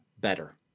better